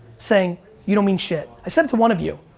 saying you don't mean shit. i said it to one of you.